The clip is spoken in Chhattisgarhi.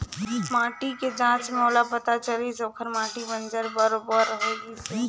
माटी के जांच में ओला पता चलिस ओखर माटी बंजर बरोबर होए गईस हे